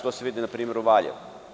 To se vidi, na primer, u Valjevu.